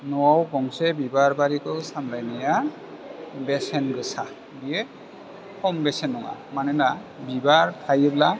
न'आव गंसे बिबार बारिखौ सामलायनाया बेसेन गोसा बियो खम बेसेन नङा मानोना बिबार थायोब्ला